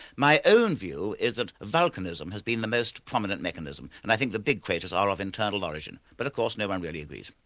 my own view is that vulcanism has been the most prominent mechanism, and i think the big craters are of internal origin. but of course no-one really agrees.